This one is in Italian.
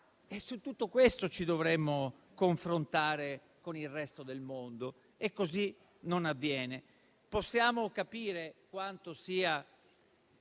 Su tutto questo ci dovremmo confrontare con il resto del mondo e così non avviene. Possiamo capire quanto sia